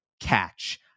catch